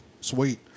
sweet